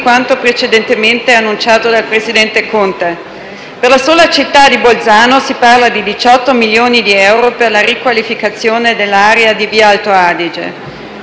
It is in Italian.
quanto precedentemente annunciato dal presidente Conte. Per la sola città di Bolzano si parla di 18 milioni di euro per la riqualificazione dell'area di Via Alto Adige.